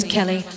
Kelly